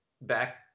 back